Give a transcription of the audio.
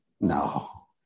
No